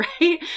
right